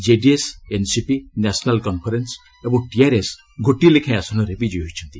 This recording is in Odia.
ଜେଡିଏସ୍ ଏନ୍ସିପି ନ୍ୟାସନାଲ୍ କନ୍ଫରେନ୍ ଏବଂ ଟିଆର୍ଏସ୍ ଗୋଟିଏ ଲେଖାଏଁ ଆସନରେ ବିଜୟୀ ହୋଇଛନ୍ତି